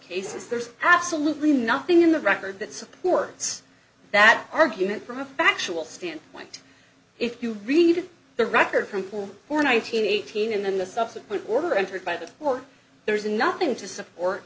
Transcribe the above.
is there's absolutely nothing in the record that supports that argument from a factual standpoint if you read the record company for nineteen eighteen and then the subsequent order entered by the court there is nothing to support